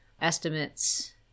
estimates